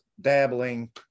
dabbling